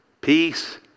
Peace